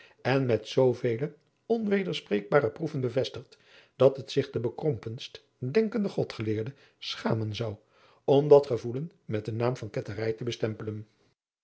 en met zoovele onwederspreekbare proeven bevestigd dat het zich de bekrompendst denkende godgeleerde schamen zou om dat gevoelen met den naam van ketterij te bestempelen